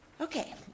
Okay